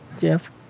jeff